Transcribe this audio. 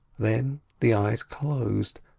then the eyes closed,